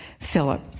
Philip